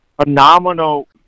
phenomenal